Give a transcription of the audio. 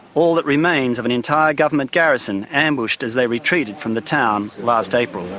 all that remains of an entire government garrison ambushed as they retreated from the town last april.